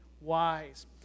wise